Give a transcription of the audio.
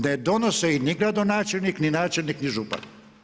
Ne donose ih ni gradonačelnik ni načelnik ni župan.